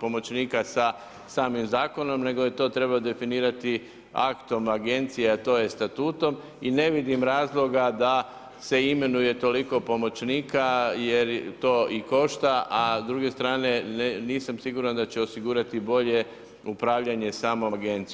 pomoćnika sa samim zakonom nego je to trebalo definirati aktom agencije, a to je statutom i ne vidim razloga da se imenuje toliko pomoćnika jer to i košta, a s druge strane nisam siguran da će osigurati bolje upravljanje samom agencijom.